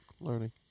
learning